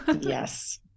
Yes